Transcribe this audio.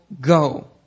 go